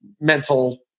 mental